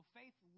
faith